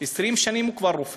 20 שנים הוא כבר רופא,